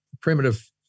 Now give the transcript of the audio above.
primitive